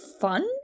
fun